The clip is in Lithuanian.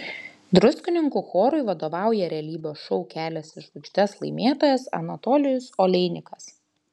druskininkų chorui vadovauja realybės šou kelias į žvaigždes laimėtojas anatolijus oleinikas